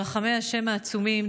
ברחמי ה' העצומים,